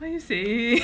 what are you saying